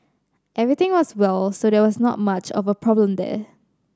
everything was well so there's not much of a problem there